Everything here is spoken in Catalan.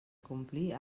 complir